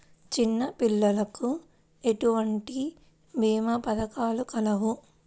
చిన్నపిల్లలకు ఎటువంటి భీమా పథకాలు కలవు?